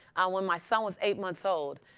when my son was eight months old,